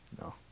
No